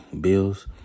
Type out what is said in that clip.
Bills